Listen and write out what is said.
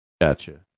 Gotcha